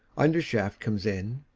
undershaft comes in.